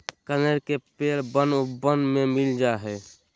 कनेर के पेड़ वन उपवन में मिल जा हई